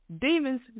demons